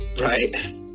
Right